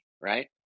right